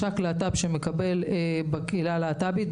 מש"ק להט"ב שמקבל בקהילה הלהט"בית.